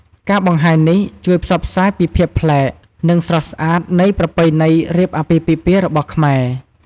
ការបង្ហាញនេះ ជួយផ្សព្វផ្សាយពីភាពប្លែក និងស្រស់ស្អាតនៃប្រពៃណីរៀបអាពាហ៍ពិពាហ៍របស់ខ្មែរ។